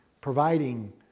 providing